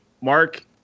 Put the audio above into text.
Mark